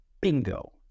Bingo